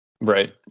Right